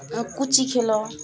କୁଚି ଖେଲ